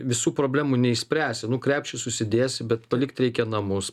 visų problemų neišspręsi nu krepšį susidėsi bet palikt reikia namus